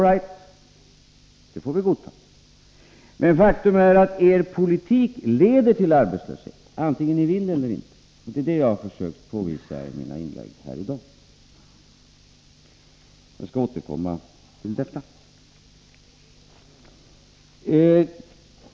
All right, det får vi godta. Men faktum är att er politik leder till arbetslöshet, vare sig ni vill det eller inte, och det är det jag har försökt påvisa i mina inlägg här i dag. Jag skall återkomma till detta.